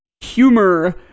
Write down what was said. Humor